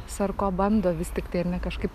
sarko bando vis tiktai ar ne kažkaip